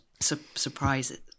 surprise